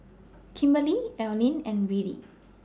Kimberley Elayne and Willy